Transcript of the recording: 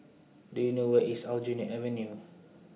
Do YOU know Where IS Aljunied Avenue